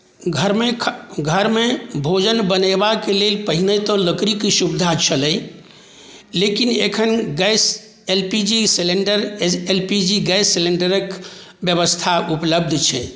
घरमे भोजन बनेबाक लेल पहिने तऽ लकड़ीके सुविधा छलै लेकिन एखन gas L P G cylinder L P G gas सिलिण्डरक व्यवस्था उपलब्ध छै